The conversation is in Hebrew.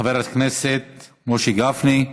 חבר הכנסת משה גפני.